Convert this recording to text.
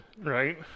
right